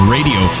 Radio